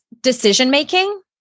decision-making